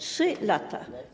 3 lata.